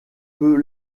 peut